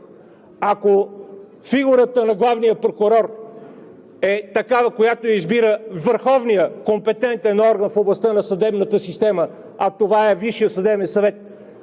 Ако фигурата на главния прокурор е такава, която я избира върховният компетентен орган в областта на съдебната система, а това е Висшият съдебен съвет,